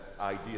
idea